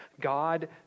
God